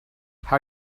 how